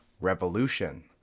Revolution